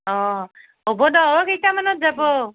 অ হ'ব দিয়ক কেইটা মানত যাব